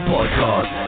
Podcast